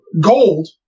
gold